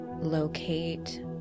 locate